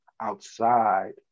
outside